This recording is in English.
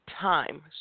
time